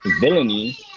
villainy